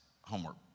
homework